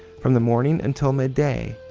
from the morning until midday,